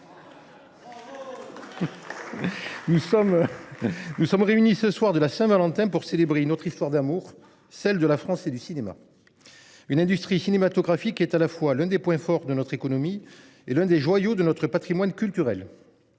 Nous sommes réunis en ce soir de la Saint Valentin pour célébrer une histoire d’amour, celle de la France et du cinéma. L’industrie cinématographique est à la fois l’un des points forts de notre économie et l’un des joyaux de notre patrimoine culturel.